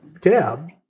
Deb